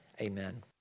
amen